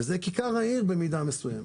וזה "כיכר העיר" במידה מסוימת.